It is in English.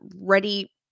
ready